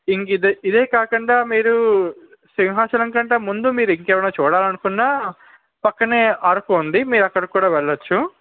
ఇంకా ఇదే ఇదే కాకుండా మీరు సింహాచలంకంటే ముందు మీరు ఇంకా ఏమైనా చూడాలి అనుకున్నా పక్కనే అరకు ఉంది మీరు అక్కడికి కూడా వెళ్ళవచ్చు